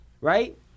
right